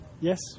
Yes